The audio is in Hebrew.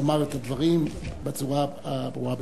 לומר דברים בצורה הברורה ביותר.